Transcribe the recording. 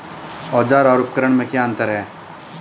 औज़ार और उपकरण में क्या अंतर है?